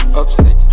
upset